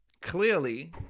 Clearly